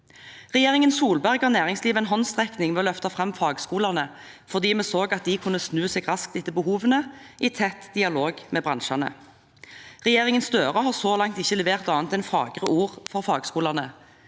Regjeringen Solberg ga næringslivet en håndsrekning ved å løfte fram fagskolene fordi vi så at de kunne snu seg raskt etter behovene, i tett dialog med bransjene. Regjeringen Støre har så langt ikke levert annet enn fagre ord for fagskolene.